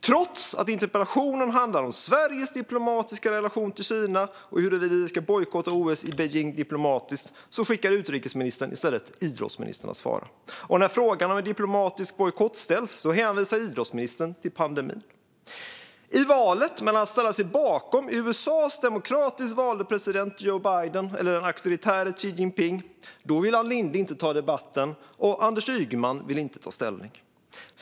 Trots att interpellationen handlar om Sveriges diplomatiska relation till Kina och om huruvida vi diplomatiskt ska bojkotta OS i Beijing skickar utrikesministern idrottsministern att svara. Och när frågan om en diplomatisk bojkott ställs hänvisar idrottsministern till pandemin. I valet mellan att ställa sig bakom USA:s demokratiskt valde president Joe Biden eller den auktoritäre Xi Jinping vill Ann Linde inte ta debatten, och Anders Ygeman vill inte ta ställning.